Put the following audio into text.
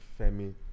Femi